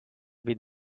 with